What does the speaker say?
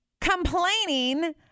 complaining